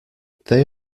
they